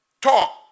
Talk